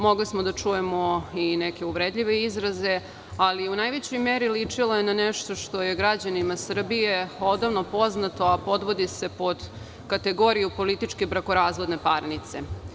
Mogli smo da čujemo i neke uvredljive izraze, ali u najvećoj meri ličila je na nešto što je građanima Srbije odavno poznato, a podvodi se pod kategoriju političke brakorazvodne parnice.